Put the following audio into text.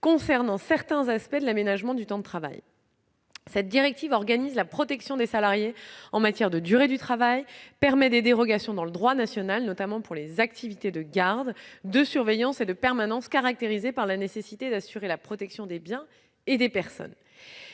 concernant certains aspects de l'aménagement du temps de travail organise la protection des salariés en matière de durée du travail et permet des dérogations dans le droit national, notamment pour les activités de garde, de surveillance et de permanence caractérisées par la nécessité d'assurer la protection des biens et des personnes.